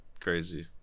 crazy